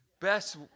Best